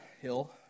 Hill